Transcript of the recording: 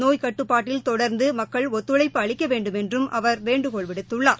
நோய் கட்டுப்பாட்டில் தொடர்ந்து மக்கள் ஒத்துழழப்பு அளிக்க வேண்டுமென்றும் அவர் வேண்டுகோள் விடுத்துள்ளார்